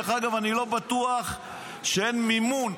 דרך אגב, אני לא בטוח שאין מימון,